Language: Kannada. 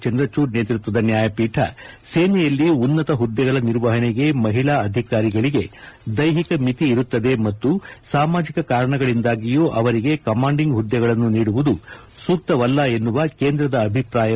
ಚಂದ್ರಚೂಡ್ ನೇತೃತ್ವದ ನ್ಯಾಯಪೀಠ ಸೇನೆಯಲ್ಲಿ ಉನ್ನತ ಹುದ್ದೆಗಳ ನಿರ್ವಹಣೆಗೆ ಮಹಿಳಾ ಅಧಿಕಾರಿಗಳಿಗೆ ದ್ಲೆಹಿಕ ಮಿತಿ ಇರುತ್ತದೆ ಮತ್ತು ಸಾಮಾಜಕ ಕಾರಣಗಳಿಂದಾಗಿಯೂ ಅವರಿಗೆ ಕಮಾಂಡಿಂಗ್ ಹುದ್ದೆಗಳನ್ನು ನೀಡುವುದು ಸೂಕ್ತವಲ್ಲ ಎನ್ನುವ ಕೇಂದ್ರದ ಅಭಿಪ್ರಾಯವನ್ನು ತಳ್ಳ ಹಾಕಿತು